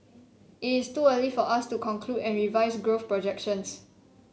it is too early for us to conclude and revise growth projections